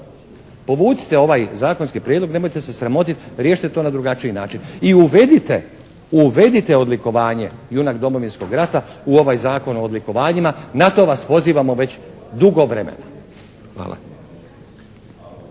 Povucite ovaj zakonski prijedlog, nemojte se sramotiti, riješite to na drugačiji način. I uvedite, uvedite odlikovanje «junak Domovinskog rata» u ovaj zakon o odlikovanjima. Na to vas pozivamo već dugo vremena. Hvala.